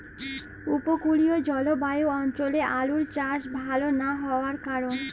উপকূলীয় জলবায়ু অঞ্চলে আলুর চাষ ভাল না হওয়ার কারণ?